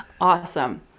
Awesome